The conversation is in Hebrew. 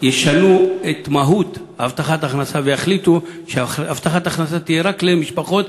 ישנו את מהות הבטחת הכנסה ויחליטו שהבטחת הכנסה תהיה רק למשפחות